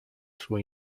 suo